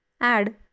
add